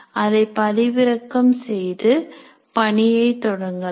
அதை பதிவிறக்கம் செய்து பணியைத் தொடங்கலாம்